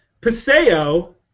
Paseo